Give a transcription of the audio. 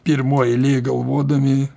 pirmoj eilėj galvodami